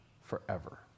forever